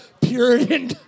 Puritan